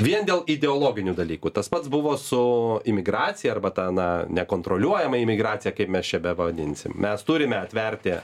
vien dėl ideologinių dalykų tas pats buvo su imigracija arba ta na nekontroliuojama imigracija kaip mes čia bepavadinsim mes turime atverti